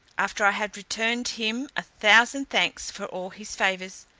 after i had returned him a thousand thanks for all his favours,